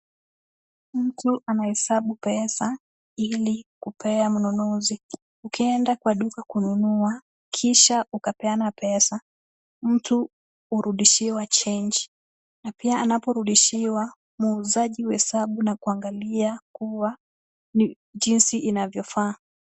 Mtu anahesabu pesa ili kupea mnunuzi. Ukienda kwa duka kununua kisha ukapeana pesa mtu hurudishiwa change na pia anaporudishiwa muuzaji huesabu na kuangalia kuwa jinsi inavyofaa.